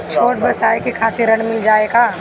छोट ब्योसाय के खातिर ऋण मिल जाए का?